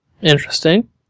Interesting